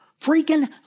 freaking